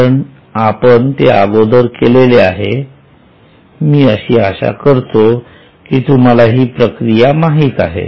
कारण की आपण ते अगोदर केलेले आहे मी अशी आशा करतो की तुम्हाला ही प्रक्रिया माहीत आहे